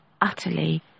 utterly